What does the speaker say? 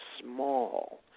small